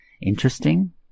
interesting